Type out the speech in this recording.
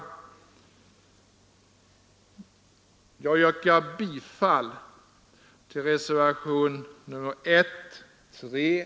Herr talman! Jag yrkar bifall till reservationerna I, III och V.